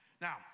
Now